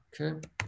okay